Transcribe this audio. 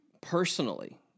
personally